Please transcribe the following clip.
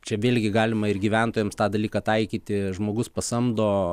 čia vėlgi galima ir gyventojams tą dalyką taikyti žmogus pasamdo